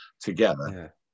together